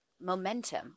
momentum